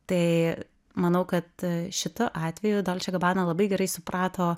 tai manau kad šitu atvėju dolče gabana labai gerai suprato